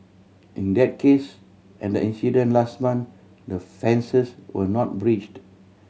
in that case and the incident last month the fences were not breached